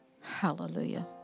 hallelujah